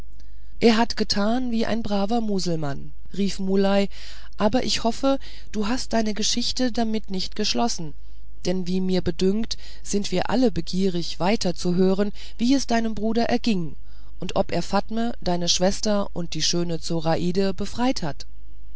er hat getan wie ein braver muselmann rief muley aber ich hoffe du hast deine geschichte damit nicht geschlossen denn wie mir bedünkt sind wir alle begierig weiter zu hören wie es deinem bruder erging und ob er fatme deine schwester und die schöne zoraide befreit hat